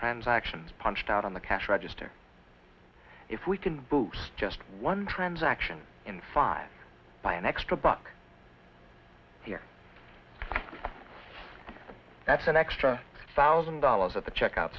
transactions punched out on the cash register if we can boost just one transaction in five by an extra buck here that's an extra thousand dollars at the checkout